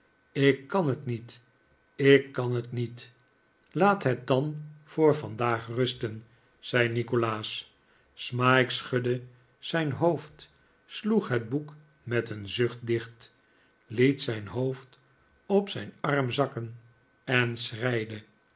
ik kan t niet ik kan t niet laat het dan voor vandaag rusten zei nikolaas smike schudde zijn hoofd sloeg het boek met een zucht dicht liet zijn hoofd op zijn arm zakken en